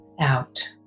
out